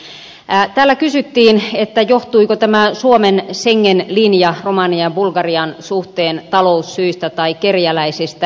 täällä kysyttiin johtuiko tämä suomen schengen linja romanian ja bulgarian suhteen taloussyistä tai kerjäläisistä